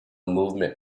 movement